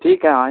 ٹھیک ہے آ